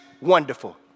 Wonderful